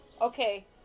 Okay